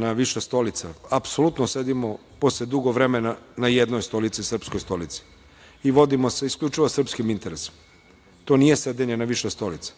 na više stolica. Apsolutno sedimo posle dugo vremena na jednoj stolici, srpskoj stolici i vodimo se isključivo srpskim interesima. To nije sedenje na više stolica,